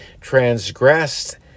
transgressed